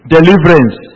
Deliverance